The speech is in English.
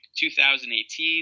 2018